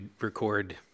record